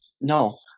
No